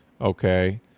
okay